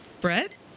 Brett